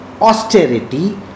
austerity